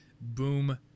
boom